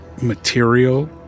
material